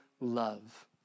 love